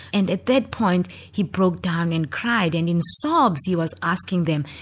and at that point he broke down and cried and in sobs he was asking them,